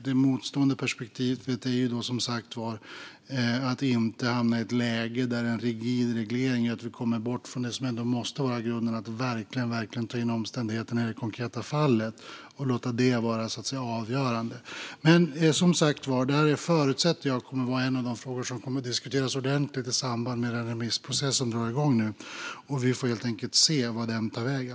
Det motstående perspektivet är att vi inte ska hamna i ett läge där en rigid reglering gör att vi kommer bort från det som ändå måste vara grunden - att verkligen ta in omständigheterna i det konkreta fallet och låta det vara avgörande. Men jag förutsätter, som sagt var, att detta kommer att vara en av de frågor som kommer att diskuteras ordentligt i samband med den remissprocess som nu drar igång. Vi får helt enkelt se vart den tar vägen.